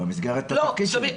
במסגרת התפקיד שלי.